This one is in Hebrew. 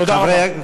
תודה רבה.